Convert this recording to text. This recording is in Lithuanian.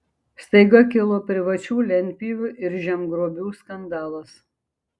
staiga kilo privačių lentpjūvių ir žemgrobių skandalas